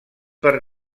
per